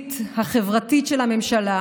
החינוכית והחברתית של הממשלה